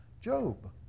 Job